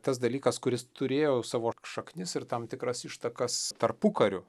tas dalykas kuris turėjo savo šaknis ir tam tikras ištakas tarpukariu